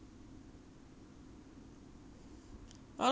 oh no it's not coincidence it's everywhere it's like that it's like that